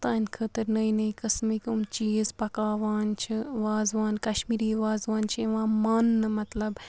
تَہَنٛدِ خٲطرٕ نٔے نٔے قٕسمٕکۍ یِم چیٖز پَکاوان چھِ وازوان کشمیٖری وازوان چھِ یِوان ماننہٕ مطلب